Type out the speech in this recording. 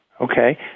Okay